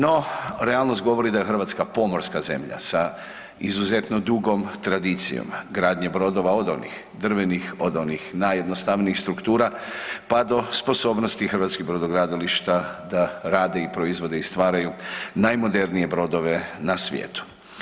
No realnost govori da je Hrvatska pomorska zemlja sa izuzetno dugom tradicijom gradnje brodova od onih drvenih, od onih najjednostavnijih struktura pa do sposobnosti hrvatskih brodogradilišta da rade i proizvode i stvaraju najmodernije brodove na svijetu.